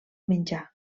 menjar